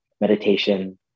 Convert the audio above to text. meditation